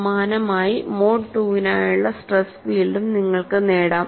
സമാനമായി mode II നായുള്ള stress ഫീൽഡും നിങ്ങൾക്ക് നേടാം